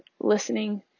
listening